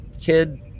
kid